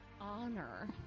honor